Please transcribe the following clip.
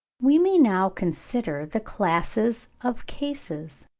we may now consider the classes of cases,